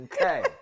okay